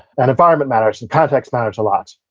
and environment matters, and context matters a lot.